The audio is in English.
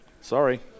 sorry